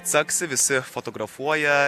caksi visi fotografuoja